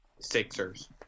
Sixers